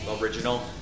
original